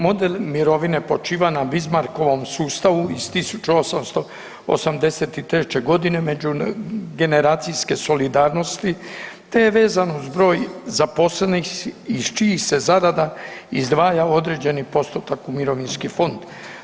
Model mirovine počiva na Bismarckovom sustavu iz 1883. g. međugeneracijske solidarnosti te je vezano uz broj zaposlenih iz čijih se zarada izdvaja određeni postotak u mirovinski fond.